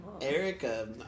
Erica